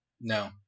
no